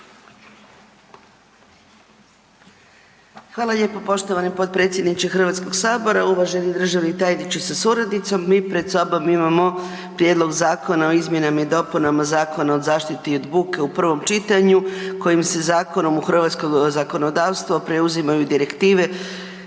Hvala lijepo poštovani potpredsjedniče HS-a, uvaženi državni tajniče sa suradicom, mi pred sobom imamo Prijedlog zakona o izmjenama i dopunama Zakona o zaštiti od buke u prvom čitanju, kojim se zakonom u hrvatsko zakonodavstvo preuzimaju direktive